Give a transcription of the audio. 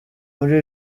muri